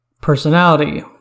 Personality